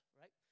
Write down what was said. right